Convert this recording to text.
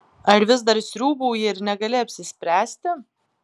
ar vis dar sriūbauji ir negali apsispręsti